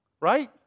Right